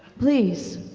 please,